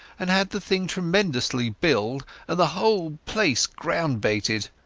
and had the thing tremendously billed and the whole place ground-baited.